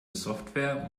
software